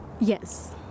Yes